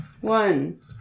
One